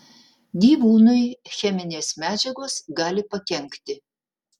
gyvūnui cheminės medžiagos gali pakenkti